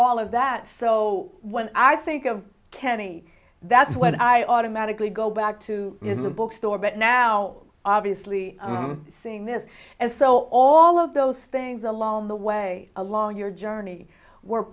all of that so when i think of kenny that's when i automatically go back to in the bookstore but now obviously seeing this and so all of those things along the way along your journey were